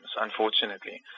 unfortunately